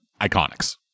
iconics